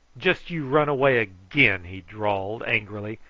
just you run away again, he drawled angrily,